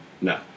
No